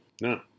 No